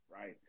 right